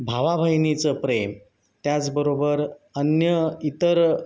भावाबहिणीचं प्रेम त्याचबरोबर अन्य इतर